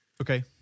okay